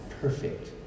perfect